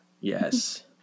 Yes